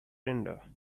render